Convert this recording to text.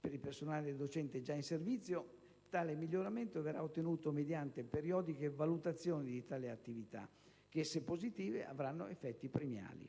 Per il personale docente già in servizio tale miglioramento verrà ottenuto mediante periodiche valutazioni dell'attività, che se positive avranno vari effetti premiali.